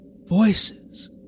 Voices